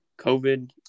COVID